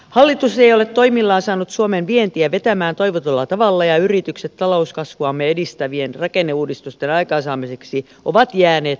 hallitus ei ole toimillaan saanut suomen vientiä vetämään toivotulla tavalla ja yritykset talouskasvuamme edistävien rakenneuudistusten aikaansaamiseksi ovat jääneet torsoiksi